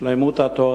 שלמות התורה